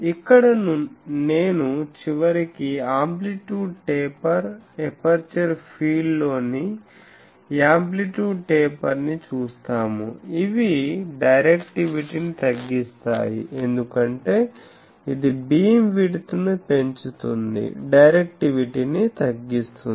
ఇక్కడ నేను చివరికి అమ్ప్లిట్యూడ్ టేపర్ ఎపర్చరు ఫీల్డ్లోని యాంప్లిట్యూడ్ టేపర్ ని చూస్తాము ఇవి డైరెక్టివిటీని తగ్గిస్తాయి ఎందుకంటే ఇది బీమ్ విడ్త్ ను పెంచుతుంది డైరెక్టివిటీని తగ్గిస్తుంది